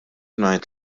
ngħid